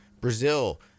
Brazil